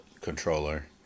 controller